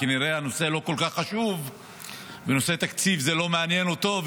כנראה שהנושא לא כל כך חשוב ונושא התקציב לא מעניין אותו.